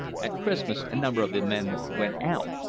at christmas a number of the men went out.